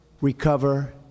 recover